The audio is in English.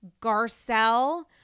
Garcelle